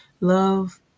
love